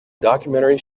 documentary